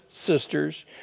sisters